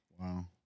Wow